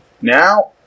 now